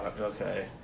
Okay